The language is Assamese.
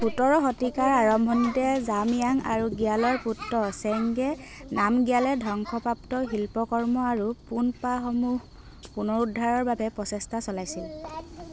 সোতৰ শতিকাৰ আৰম্ভণিতে জাময়াং আৰু গ্যালৰ পুত্ৰ চেংগে নামগ্যালে ধ্বংসপ্ৰাপ্ত শিল্পকৰ্ম আৰু পোনপাসমূহ পুনৰুদ্ধাৰৰ বাবে প্ৰচেষ্টা চলাইছিল